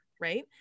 right